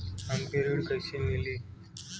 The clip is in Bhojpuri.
हमके ऋण कईसे मिली?